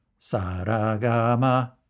Saragama